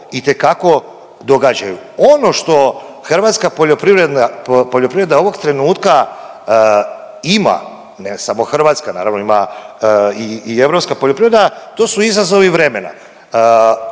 itekako događaju. Ono što hrvatska poljoprivreda ovog trenutka ima, ne samo hrvatska nego ima i europska poljoprivreda to su izazovi vremena,